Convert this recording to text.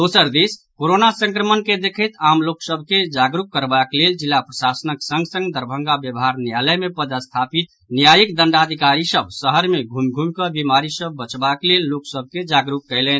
दोसर दिस कोरोना संक्रमण के देखैत आम लोक सभ के जागरूक करबाक लेल जिला प्रशासनक संग संग दरभंगा व्यावहार न्यायालय मे पदस्थापित न्यायिक दंडाधिकारी सभ शहर मे घ्रमि घ्रमि कऽ बीमारी सँ बचबाक लेल लोक सभ के जागरूक कयलनि